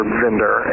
vendor